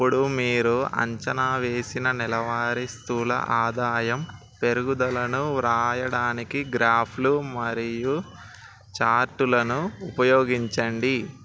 అప్పుడూ మీరు అంచనా వేసిన నెలవారీ స్థూల ఆదాయం పెరుగుదలను వ్రాయడానికి గ్రాఫ్లు మరియు చార్టులను ఉపయోగించండి